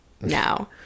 No